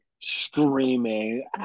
screaming